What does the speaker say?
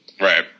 Right